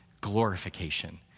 glorification